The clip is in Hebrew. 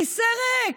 כיסא ריק.